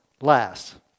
last